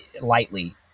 lightly